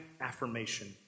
affirmation